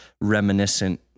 reminiscent